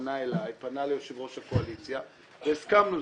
פנה אליי, פנה ליושב-ראש הקואליציה, והסכמנו.